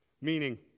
Meaning